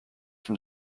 from